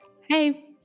Hey